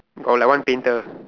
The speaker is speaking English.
got like one painter